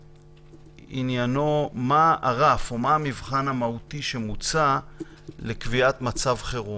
שעניינה מה הרף או מה המבחן המהותי שמוצע לקביעת מצב חירום.